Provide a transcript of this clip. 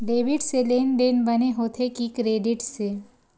Debit से लेनदेन बने होथे कि क्रेडिट से?